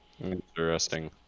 Interesting